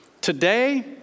Today